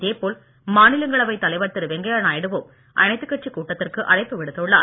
இதேபோல் மாநிலங்களவை தலைவர் திரு வெங்கையநாயுடுவும் அனைத்துக் கட்சி கூட்டத்திற்கு அழைப்பு விடுத்துள்ளார்